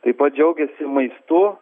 taip pat džiaugiasi maistu